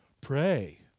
Pray